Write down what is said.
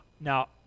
now